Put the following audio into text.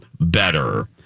better